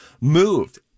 moved